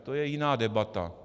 To je jiná debata.